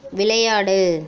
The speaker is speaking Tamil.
விளையாடு